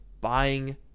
buying